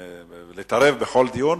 להתערב בכל דיון,